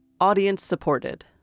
Audience-Supported